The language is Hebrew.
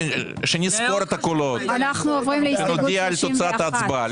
שנספור את הקולות, שנודיע על תוצאת ההצבעה.